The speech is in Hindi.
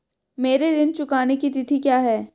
मेरे ऋण चुकाने की तिथि क्या है?